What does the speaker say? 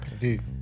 Indeed